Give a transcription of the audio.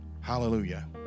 Hallelujah